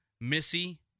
Missy